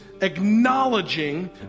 acknowledging